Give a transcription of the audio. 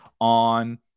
on